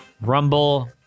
Rumble